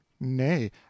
nay